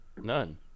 None